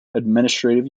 administrative